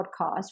podcast